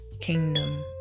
kingdom